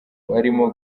barimo